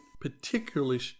particularly